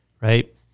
right